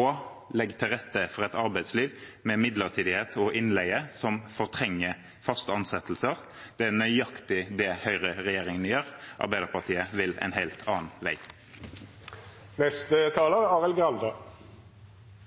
og legg til rette for et arbeidsliv med midlertidighet og innleie som fortrenger faste ansettelser. Det er nøyaktig det høyreregjeringen gjør. Arbeiderpartiet vil en helt annen vei.